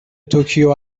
توکیو